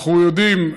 אנחנו יודעים,